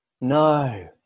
No